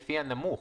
לפי הנמוך.